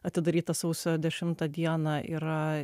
atidaryta sausio dešimtą dieną yra